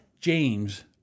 James